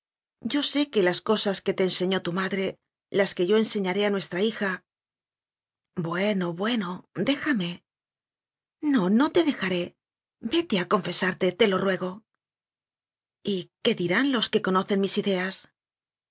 yo sé que las cosas que te enseñó tu madre las que yo enseñaré a nuestra hija bueno bueno déjame no no te dejaré vete a confesarte te lo ruego y qué dirán los que conocen mis ideas